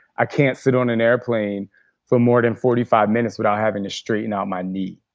i can't sit on an airplane for more than forty five minutes without having to straighten out my knee,